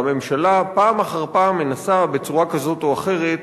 והממשלה פעם אחר פעם מנסה בצורה כזאת או אחרת